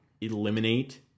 eliminate